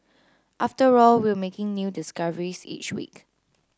after all we're making new discoveries each week